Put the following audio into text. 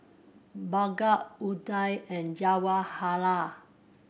Bhagat Udai and Jawaharlal